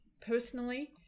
personally